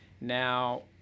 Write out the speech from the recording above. now